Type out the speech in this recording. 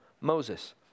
Moses